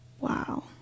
Wow